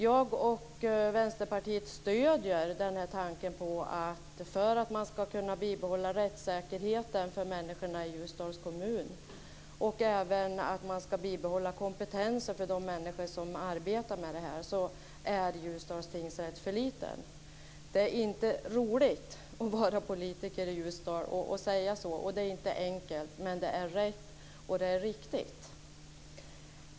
Jag och Vänsterpartiet stöder tanken att Ljusdals tingsrätt är för liten för att man ska kunna bibehålla rättssäkerheten för människorna i Ljusdals kommun och även för att man ska kunna bibehålla kompetensen hos de människor som arbetar där. Det är inte roligt att vara politiker i Ljusdal och säga så och det är inte enkelt. Men det är rätt och det är riktigt.